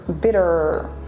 bitter